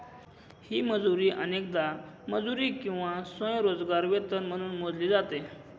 ही मजुरी अनेकदा मजुरी किंवा स्वयंरोजगार वेतन म्हणून मोजली जाते